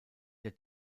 der